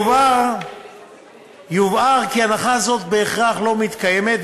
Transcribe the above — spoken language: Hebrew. יובהר כי ההנחה הזאת בהכרח לא מתקיימת,